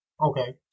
Okay